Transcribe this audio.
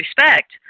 respect